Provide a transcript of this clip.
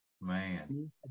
man